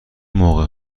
موقع